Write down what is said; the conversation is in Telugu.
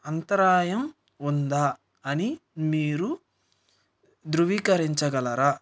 అంతరాయం ఉందా అని మీరు ధృవీకరించగలరా